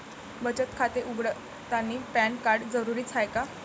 बचत खाते उघडतानी पॅन कार्ड जरुरीच हाय का?